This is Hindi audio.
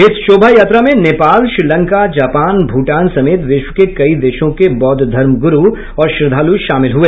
इस शोभायात्रा में नेपाल श्रीलंका जापान भूटान समेत विश्व के कई देशों के बौद्ध धर्म गुरु और श्रद्धालु शामिल हुए